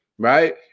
Right